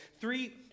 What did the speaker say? three